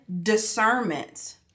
discernment